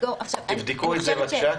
אין פה מטרה --- תבדקו את זה, בבקשה.